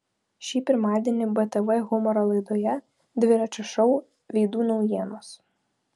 šį pirmadienį btv humoro laidoje dviračio šou veidų naujienos